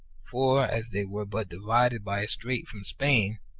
for, as they were but divided by a strait from spain,